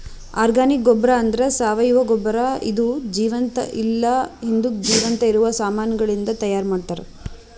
organic ಗೊಬ್ಬರ ಅಂದ್ರ ಸಾವಯವ ಗೊಬ್ಬರ ಇದು ಜೀವಂತ ಇಲ್ಲ ಹಿಂದುಕ್ ಜೀವಂತ ಇರವ ಸಾಮಾನಗಳಿಂದ್ ತೈಯಾರ್ ಮಾಡ್ತರ್